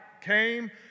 came